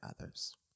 others